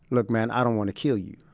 look, man, i don't want to kill you.